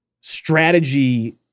strategy